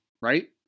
right